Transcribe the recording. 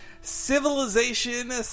Civilization